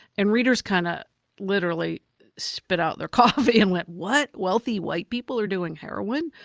and readers kind of literally spit out their coffee and went, what? wealthy white people are doing heroin?